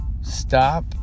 stop